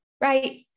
right